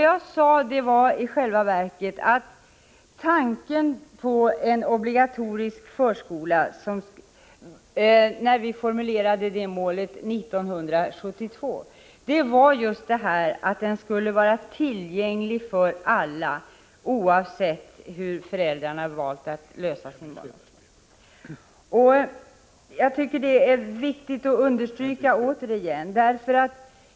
Jag sade i själva verket, att det vi hade i tankarna när vi 1972 formulerade målet om en obligatorisk förskola var just att den skulle vara tillgänglig för alla, oavsett hur föräldrarna valt att lösa sin barnomsorg. Jag tycker att det är viktigt att understryka detta återigen.